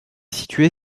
située